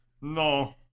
No